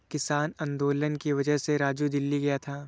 किसान आंदोलन की वजह से राजू दिल्ली गया था